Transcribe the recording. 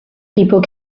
people